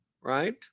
right